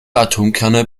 atomkerne